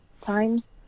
times